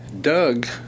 Doug